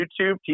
YouTube